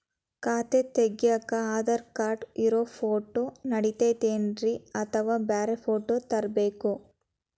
ಖಾತೆ ತಗ್ಯಾಕ್ ಆಧಾರ್ ಕಾರ್ಡ್ ಇರೋ ಫೋಟೋ ನಡಿತೈತ್ರಿ ಅಥವಾ ಬ್ಯಾರೆ ಫೋಟೋ ತರಬೇಕೋ?